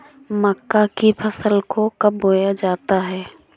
मक्का की फसल को कब बोया जाता है?